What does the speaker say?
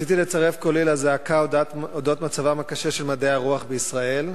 רציתי לצרף קולי לזעקה על מצבם הקשה של מדעי הרוח בישראל.